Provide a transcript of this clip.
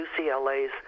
UCLA's